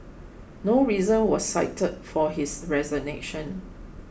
no reason was cited for his resignation